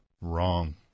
Wrong